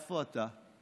איפה אתה?